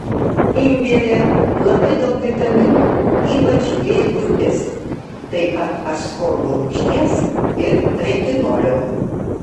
imbiere labai daug vitaminų ypač b grupės taip pat askorbo rūgšties ir retinolio